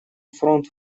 фронт